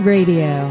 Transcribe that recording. Radio